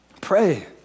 Pray